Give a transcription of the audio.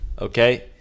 Okay